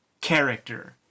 character